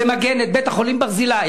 את בית-החולים "ברזילי".